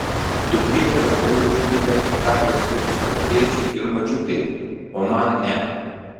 dukrytė kažkodėl žnybia į kaklo sritį savo tėčiui ir močiutei o man ne